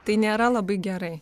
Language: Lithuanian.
tai nėra labai gerai